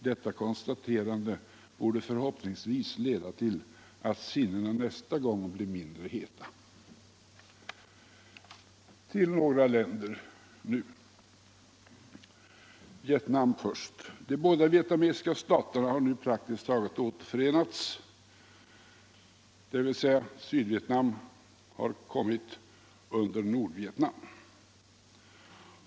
Detta konstaterande borde förhoppningsvis leda till att sinnena nästa gång blir mindre heta. Till några länder nu —- Vietnam först. De båda vietnamesiska staterna har nu praktiskt återförenats, dvs. Sydvietnam har kommit under Nordvietnam.